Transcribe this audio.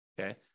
Okay